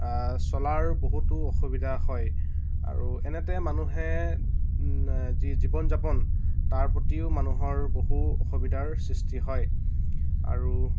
চলাৰ বহুতো অসুবিধা হয় আৰু এনেতে মানুহে যি জীৱন যাপন তাৰ প্ৰতিও মানুহৰ বহু অসুবিধাৰ সৃষ্টি হয় আৰু